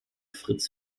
fritz